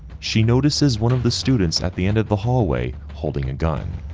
she notices one of the students at the end of the hallway holding a gun.